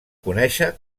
conèixer